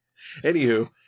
anywho